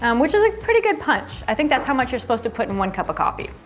um which is a pretty good punch. i think that's how much you're supposed to put in one cup of coffee.